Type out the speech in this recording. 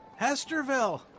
Hesterville